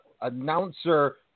Announcer